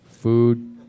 Food